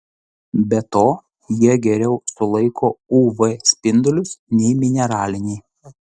be to jie geriau sulaiko uv spindulius nei mineraliniai